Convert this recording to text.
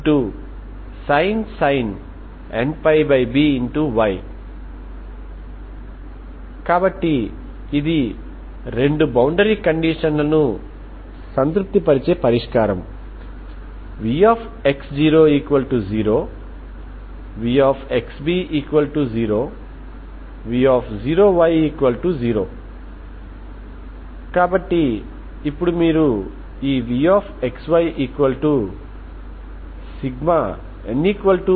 heat equation లో మనము ఇప్పటివరకు కేవలం 1 డైమెన్షనల్ హీట్ ఈక్వేషన్స్ మాత్రమే చూశాము కనుక మీరు నిజంగా 2 డైమెన్షనల్ హీట్ ఈక్వేషన్స్ చూసినట్లయితే మీరు రాడ్ని పరిగణనలోకి తీసుకునే బదులు ప్లేట్ను పరిశీలిస్తే 2 డైమెన్షనల్ ప్లేట్ అని చెప్పండి ఓకే